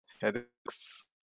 headaches